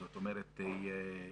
זאת אומרת אתמול.